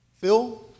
Phil